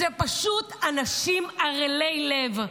אלה פשוט אנשים ערלי לב.